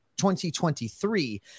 2023